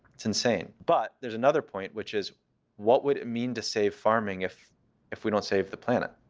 it's insane. but there's another point, which is what would it mean to save farming if if we don't save the planet?